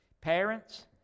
Parents